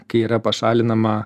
kai yra pašalinama